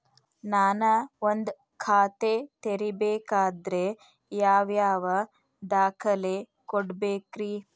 ನಾನ ಒಂದ್ ಖಾತೆ ತೆರಿಬೇಕಾದ್ರೆ ಯಾವ್ಯಾವ ದಾಖಲೆ ಕೊಡ್ಬೇಕ್ರಿ?